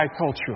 bicultural